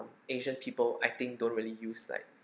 asian people acting don't really use like